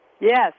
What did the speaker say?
Yes